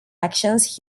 actions